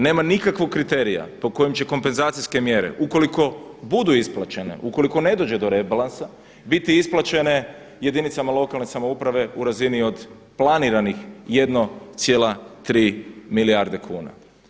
Nema nikakvog kriterija po kojem će kompenzacijske mjere ukoliko budu isplaćene, ukoliko ne dođe do rebalansa, biti isplaćene jedinicama lokalne samouprave u razini od planiranih 1,3 milijarde kuna.